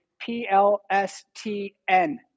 P-L-S-T-N